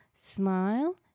smile